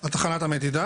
על תחנת המדידה